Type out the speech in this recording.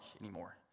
anymore